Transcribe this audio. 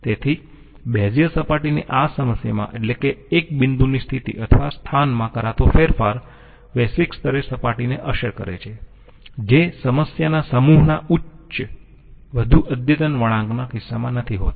તેથી બેઝીઅર સપાટીની આ સમસ્યામાં એટલે કે 1 બિંદુની સ્થિતિ અથવા સ્થાનમાં કરાતો ફેરફાર વૈશ્વિક સ્તરે સપાટીને અસર કરે છે જે સમસ્યા આ સમૂહના ઉચ્ચ વધુ અદ્યતન વળાંકના કિસ્સામાં નથી હોતી